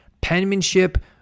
penmanship